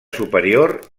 superior